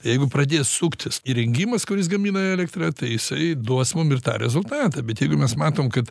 jeigu pradės suktis įrengimas kuris gamina elektrą tai jisai duos mum ir tą rezultatą bet jeigu mes matom kad